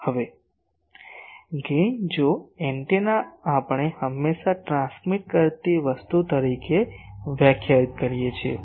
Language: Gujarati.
હવે ગેઇન જો એન્ટેના આપણે હંમેશાં ટ્રાન્સમિટ કરતી વસ્તુ તરીકે વ્યાખ્યાયિત કરીએ છીએ